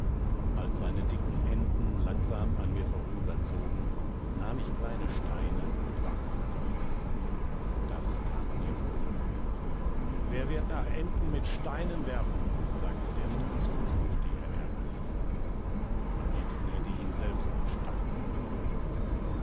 als seine dicken enten langsam an mir vorüberzogen nahm ich kleine steine und warf nach ihnen das tat mir wohl wer wird nach enten mit steinen werfen sagte der stationsvorsteher ärgerlich am liebsten hätte ich ihn selbst mit steinen beworfen